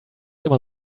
immer